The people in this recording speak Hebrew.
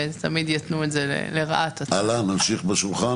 ותמיד יתנו לרעת הצד החלש.